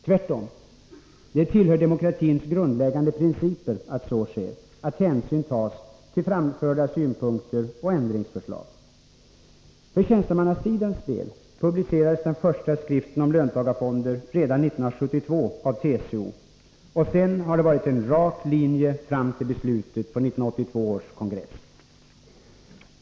Tvärtom — det tillhör demokratins grundläggande principer att så sker, att hänsyn tas till framförda synpunkter och ändringsförslag. För tjänstemannasidans del publicerades den första skriften om löntagarfonder redan 1972 av TCO, och sedan har det varit en rak linje fram till beslutet på 1982 års TCO-kongress.